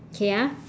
okay ah